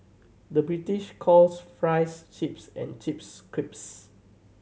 the British calls fries chips and chips crisps